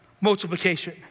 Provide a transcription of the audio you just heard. Multiplication